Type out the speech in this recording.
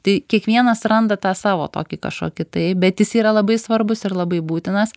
tai kiekvienas randa tą savo tokį kažkokį tai bet jis yra labai svarbus ir labai būtinas